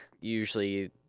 usually